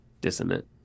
dissonant